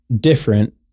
different